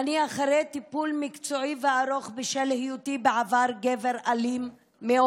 אני אחרי טיפול מקצועי וארוך בשל היותי בעבר גבר אלים מאוד.